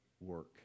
work